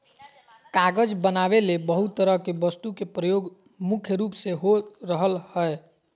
कागज बनावे ले बहुत तरह के वस्तु के प्रयोग मुख्य रूप से हो रहल हल